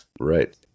Right